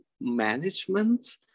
management